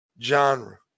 genre